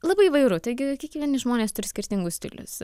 labai įvairu taigi kiekvieni žmonės turi skirtingus stilius